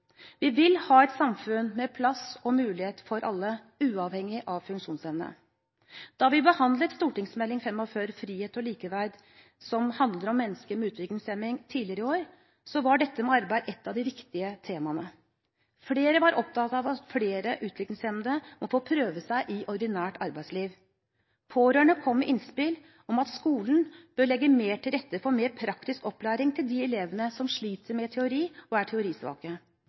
Vi vil ha et samfunn med plass og mulighet for alle, uavhengig av funksjonsevne. Da vi behandlet Meld. St. 45 for 2012–2013 Frihet og likeverd, som handler om mennesker med utviklingshemning, tidligere i år, var dette med arbeid et av de viktige temaene. Flere var opptatt av at flere utviklingshemmede må få prøve seg i ordinært arbeidsliv. Pårørende kom med innspill om at skolen bør legge mer til rette for mer praktisk opplæring til de elevene som sliter med teori og er teorisvake,